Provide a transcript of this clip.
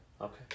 Okay